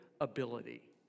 ability